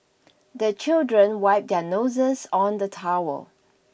the children wipe their noses on the towel